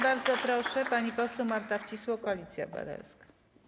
Bardzo proszę, pani poseł Marta Wcisło, Koalicja Obywatelska.